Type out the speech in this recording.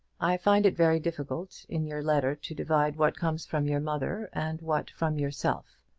i find it very difficult in your letter to divide what comes from your mother and what from yourself.